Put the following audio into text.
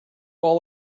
all